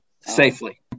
Safely